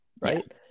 right